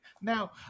Now